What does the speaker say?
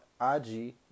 IG